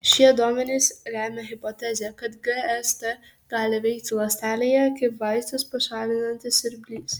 šie duomenys remia hipotezę kad gst gali veikti ląstelėje ir kaip vaistus pašalinantis siurblys